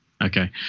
Okay